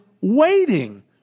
waiting